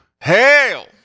hail